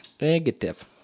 Negative